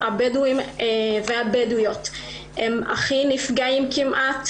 הבדואים והבדואיות הכי נפגעים כמעט,